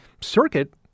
circuit